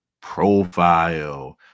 profile